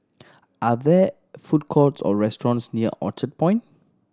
are there food courts or restaurants near Orchard Point